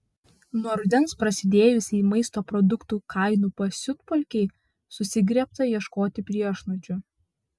nuo rudens prasidėjusiai maisto produktų kainų pasiutpolkei susigriebta ieškoti priešnuodžių